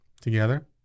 Together